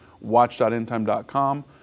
watch.endtime.com